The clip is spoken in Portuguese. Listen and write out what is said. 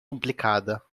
complicada